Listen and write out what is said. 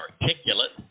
articulate